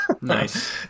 Nice